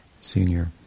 senior